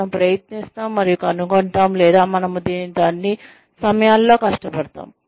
మనము ప్రయత్నిస్తాము మరియు కనుగొంటాము లేదా మనము దీనితో అన్ని సమయాలలో కష్టపడతాము